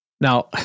Now